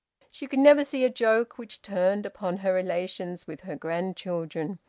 she could never see a joke which turned upon her relations with her grandchildren,